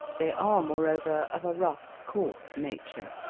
they are moreover of a rough coarse nature,